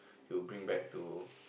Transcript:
he will bring back to